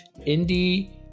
indie